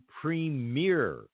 premier